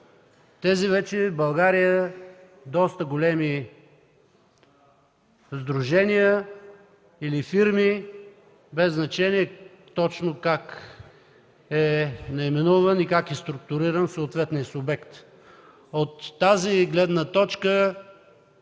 тези вече доста големи сдружения или фирми в България, без значение точно как е наименуван и как е структуриран съответният субект. От тази гледна точка,